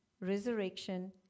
resurrection